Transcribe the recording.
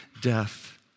death